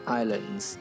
islands